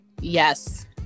Yes